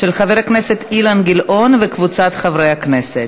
של חבר הכנסת אילן גילאון וקבוצת חברי הכנסת.